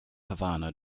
havana